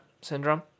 syndrome